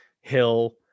Hill